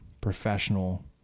professional